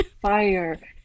Fire